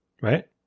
Right